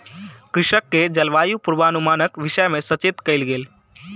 कृषक के जलवायु पूर्वानुमानक विषय में सचेत कयल गेल